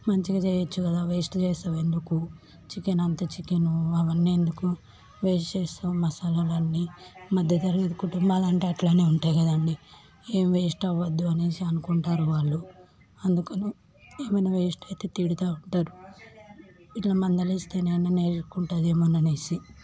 మంచిగా చెయ్యొచ్చు కదా వేస్ట్ చేస్తావు ఎందుకు చికెన్ అంత చికెన్ అవన్నీ ఎందుకు వేస్ట్ చేస్తావు మసాలాలు అన్నీ మధ్యతరగతి కుటుంబాలు అంటే అట్లనే ఉంటాయి కదండీ ఏం వేస్ట్ అవ్వద్దు అనేసి అనుకుంటారు వాళ్ళు అందుకనే ఏమన్నా వేస్ట్ అయితే తిడుతూ ఉంటరు ఇట్లా మందలిస్తే అన్నా నేర్చుకుంటదేమో అనేసి